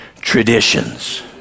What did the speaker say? traditions